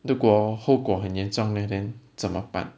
如果后果很严重 leh then 怎么办